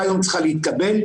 ההחלטה שצריכה להתקבל,